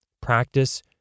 Practice